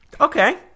okay